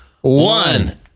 one